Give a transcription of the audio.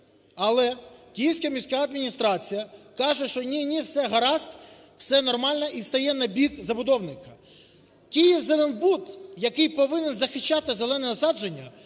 Але Київська міська адміністрація каже, що ні, ні, все гаразд, все нормально, і стає на бік забудовника. "Київзеленбуд", який повинен захищати зелені насадження,